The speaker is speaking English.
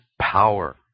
power